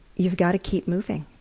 you've got to keep moving.